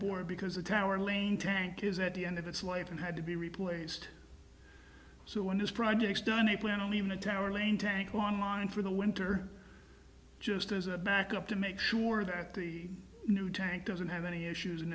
board because the tower lane tank is at the end of its life and had to be replaced so when this projects done i plan on leaving the tower laying tank on mine for the winter just as a backup to make sure that the new tank doesn't have any issues and